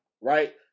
right